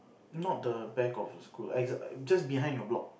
not the back of the school I just behind your block